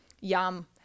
Yum